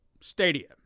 Stadia